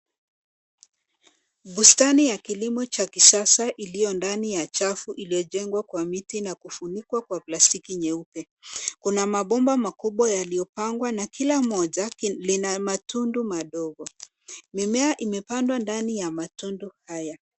Bustani ya kilimo cha kisasa iliyo ndani ya chafu iliyojengwa kwa miti na kufunikwa kwa plastiki nyeupe. Kuna mabomba makubwa yaliyopangwa na kila moja lina matundu madogo. Mimea imepandwa ndani ya matundu haya.